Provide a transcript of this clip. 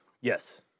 Yes